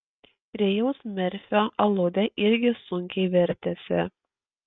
rėjaus merfio aludė irgi sunkiai vertėsi